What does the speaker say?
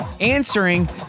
answering